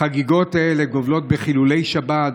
מהחגיגות האלה גובלות בחילולי שבת,